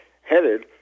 headed